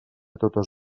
totes